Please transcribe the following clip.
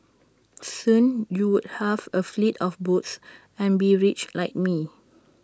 soon you'd have A fleet of boats and be rich like me